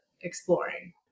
exploring